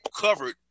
covered